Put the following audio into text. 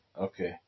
Okay